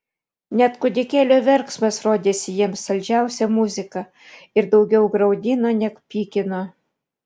net kūdikėlio verksmas rodėsi jiems saldžiausia muzika ir daugiau graudino neg pykino